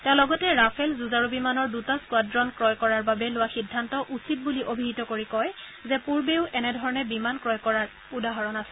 তেওঁ লগতে ৰাফেল যুঁজাৰু বিমানৰ দুটা স্কোৱাড়ন ক্ৰয় কৰাৰ বাবে লোৱা সিদ্ধান্ত উচিত বুলি অভিহিত কৰি কয় যে পুৰ্বতেও এনে ধৰণে বিমান ক্ৰয় কৰাৰ উদাহৰণ আছে